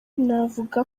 navuga